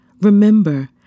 Remember